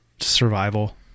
survival